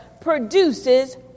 produces